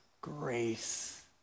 grace